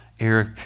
Eric